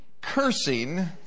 cursing